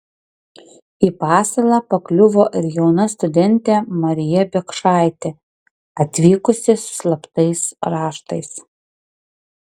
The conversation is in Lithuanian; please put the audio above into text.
į pasalą pakliuvo ir jauna studentė marija biekšaitė atvykusi su slaptais raštais